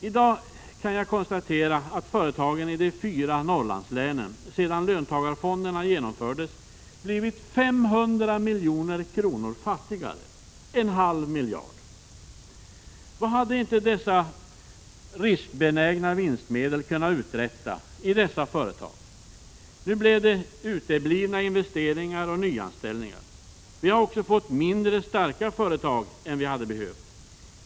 I dag kan jag konstatera att företagen i de fyra Norrlandslänen sedan löntagarfonderna genomfördes blivit 500 milj.kr., en halv miljard, fattigare. Vad hade inte dessa riskbenägna vinstmedel kunnat uträtta i dessa företag? Nu blev det uteblivna investeringar och inga nyanställningar. Vi har också fått mindre starka företag än vad vi hade behövt få.